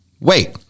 wait